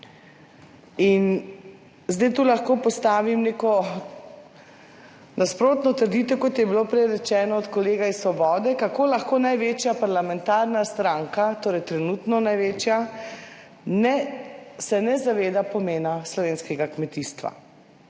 In zdaj tu lahko postavim neko nasprotno trditev, kot je bilo prej rečeno od kolega iz Svobode, kako lahko največja parlamentarna stranka, torej trenutno največja, se ne zaveda pomena slovenskega kmetijstva.